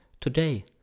Today